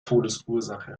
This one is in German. todesursache